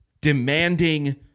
demanding